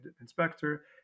inspector